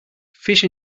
fish